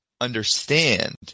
understand